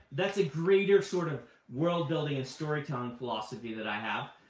that's a great sort of world building and storytelling philosophy that i have.